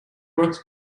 works